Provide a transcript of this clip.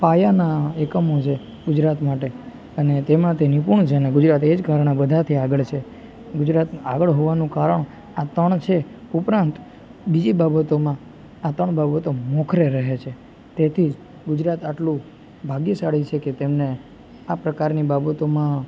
પાયાના એકમો જે ગુજરાત માટે અને તેમાં તે નિપુણ છે અને ગુજરાત એ જ કારણે બધાથી આગળ છે ગુજરાત આગળ હોવાનું કારણ આ ત્રણ છે ઉપરાંત બીજી બાબતોમાં આ ત્રણ બાબતો મોખરે રહે છે તેથી જ ગુજરાત આટલું ભાગ્યશાળી છે કે તેમને આ પ્રકારની બાબતોમાં